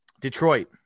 Detroit